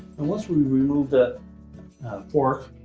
and once we've removed that fork,